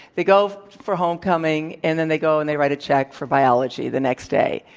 they go for homecoming and then they go, and they write a check for biology the next day.